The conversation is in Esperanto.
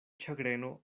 ĉagreno